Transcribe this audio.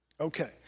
Okay